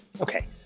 okay